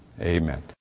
Amen